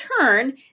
turn